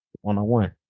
one-on-one